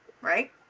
Right